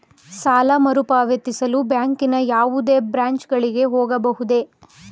ಸಾಲ ಮರುಪಾವತಿಸಲು ಬ್ಯಾಂಕಿನ ಯಾವುದೇ ಬ್ರಾಂಚ್ ಗಳಿಗೆ ಹೋಗಬಹುದೇ?